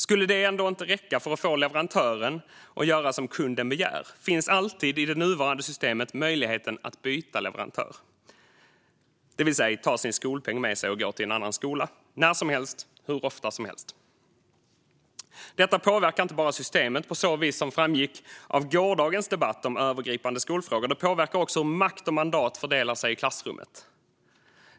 Skulle det ändå inte räcka för att få leverantören att göra som kunden begär finns alltid, i det nuvarande systemet, möjligheten att byta leverantör, det vill säga att ta sin skolpeng med sig och gå till en annan skola - när som helst och hur ofta som helst. Detta påverkar inte bara systemet på så sätt som framgick av gårdagens debatt om övergripande skolfrågor; det påverkar också hur makt och mandat fördelar sig i klassrummet.